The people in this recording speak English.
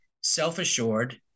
self-assured